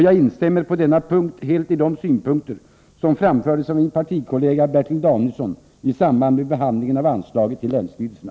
Jag instämmer på denna punkt helt i de synpunkter som framfördes av min partikollega Bertil Danielsson i samband med behandlingen av anslaget till länsstyrelserna.